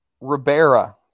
ribera